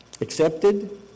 accepted